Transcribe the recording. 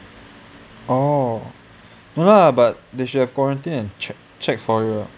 oh no lah but they should have quarantined and check checked for real